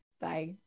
Bye